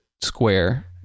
square